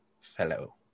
fellow